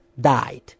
died